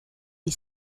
des